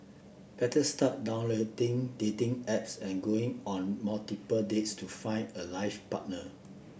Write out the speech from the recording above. better start downloading dating apps and going on multiple dates to find a life partner